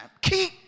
keep